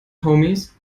homies